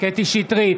קטי קטרין שטרית,